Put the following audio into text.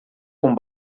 com